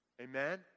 Amen